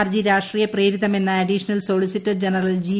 ഹർജി രാഷ്ട്രീയ പ്രേരിതമെന്ന അഡീഷണൽ സോളിസിറ്റർ ജനറൽ ജി